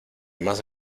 más